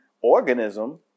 organism